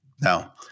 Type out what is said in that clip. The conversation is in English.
Now